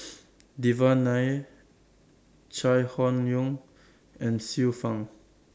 Devan Nair Chai Hon Yoong and Xiu Fang